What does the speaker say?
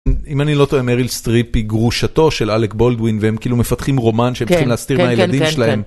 אם אני לא טועה, מריל סטריפ היא גרושתו של אלק בולדווין והם כאילו מפתחים רומן שהם צריכים להסתיר מהילדים שלהם.